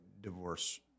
divorce